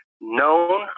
known